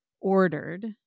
ordered